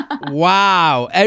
Wow